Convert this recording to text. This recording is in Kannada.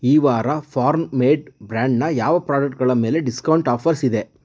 ಈ ವಾರ ಫಾರ್ಮ್ ಮೇಡ್ ಬ್ರ್ಯಾಂಡ್ನ ಯಾವ ಪ್ರಾಡಕ್ಟ್ಗಳ ಮೇಲೆ ಡಿಸ್ಕೌಂಟ್ ಆಫರ್ಸ್ ಇದೆ